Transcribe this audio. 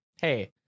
hey